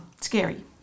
scary